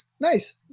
Nice